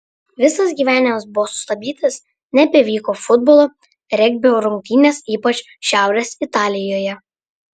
visas gyvenimas buvo sustabdytas nebevyko futbolo regbio rungtynės ypač šiaurės italijoje